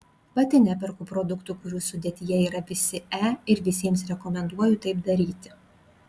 pati neperku produktų kurių sudėtyje yra visi e ir visiems rekomenduoju taip daryti